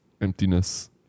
emptiness